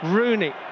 Rooney